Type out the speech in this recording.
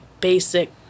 basic